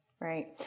Right